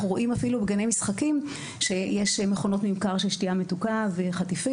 אנחנו רואים אפילו בגני משחקים מכונות ממכר של שתייה מתוקה וחטיפים.